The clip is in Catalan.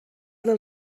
del